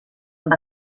amb